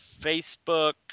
Facebook